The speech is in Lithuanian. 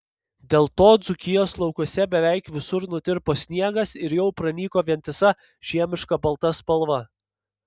dėl to dzūkijos laukuose beveik visur nutirpo sniegas ir jau pranyko vientisa žiemiška balta spalva